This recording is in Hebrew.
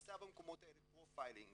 ונעשה במקומות האלה פרופיילינג